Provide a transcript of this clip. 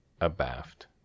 Abaft